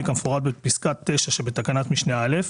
כמפורט בפסקה (9) שבתקנת משנה (א),